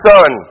Son